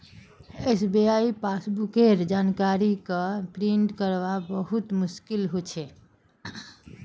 SBI passbook केर जानकारी क प्रिंट करवात बहुत मुस्कील हो छे